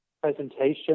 presentation